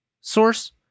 source